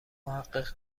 محقق